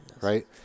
right